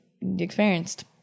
experienced